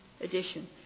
edition